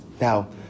Now